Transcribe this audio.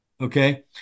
okay